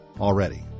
already